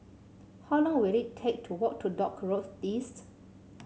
how long will it take to walk to Dock Road East